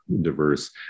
diverse